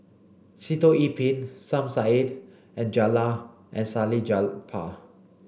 Sitoh Yih Pin Som Said and Jella and Salleh Japar